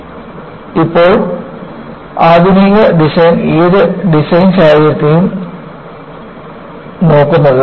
അങ്ങനെയാണ് ഇപ്പോൾ ആധുനിക ഡിസൈൻ ഏത് ഡിസൈൻ സാഹചര്യത്തെയും നോക്കുന്നത്